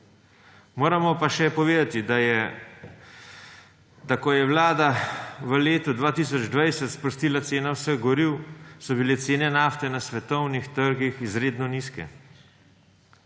Moramo pa še povedati, da ko je vlada v letu 2020 sprostila ceno vseh goriv, so bile cene nafte na svetovnih trgih izredno nizke.